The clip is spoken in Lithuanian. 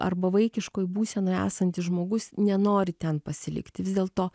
arba vaikiškoj būsenoj esantis žmogus nenori ten pasilikti vis dėlto